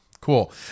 cool